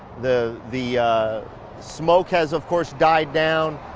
the, the smoke has, of course, died down.